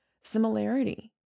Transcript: similarity